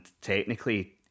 technically